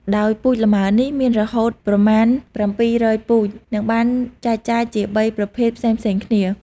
ដោយពូជលម៉ើនេះ មានរហូតប្រមាណ ៧០០ពូជ និងបានចែងចែកជា ៣ប្រភេទ ផ្សេងៗគ្នា។